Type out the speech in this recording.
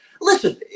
Listen